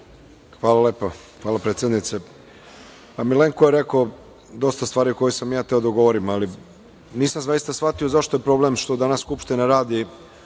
Hvala lepo. Hvala, predsednice. Milenko je rekao dosta stvari o kojima sam ja hteo da govorim, ali nisam zaista shvatio zašto je problem što danas Skupština radi